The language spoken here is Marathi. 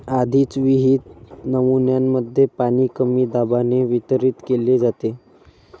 आधीच विहित नमुन्यांमध्ये पाणी कमी दाबाने वितरित केले जाते